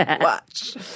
Watch